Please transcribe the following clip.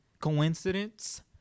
coincidence